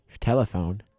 telephone